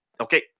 Okay